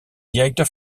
directeur